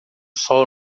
sol